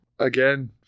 Again